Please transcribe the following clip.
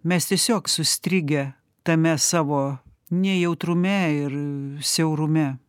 mes tiesiog sustrigę tame savo nejautrume ir siaurume